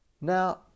Now